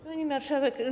Pani Marszałek!